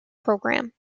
programme